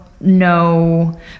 No